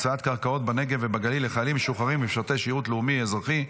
הקצאת קרקעות בנגב ובגליל לחיילים משוחררים ומשרתי שירות לאומי-אזרחי),